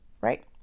right